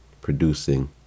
producing